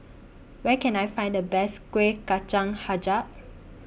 Where Can I Find The Best Kuih Kacang Hijau